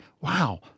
wow